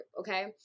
okay